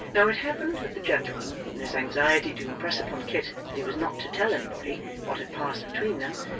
now, it happened that the gentleman, in his anxiety to impress upon kit that he was not to tell anybody what had passed between them,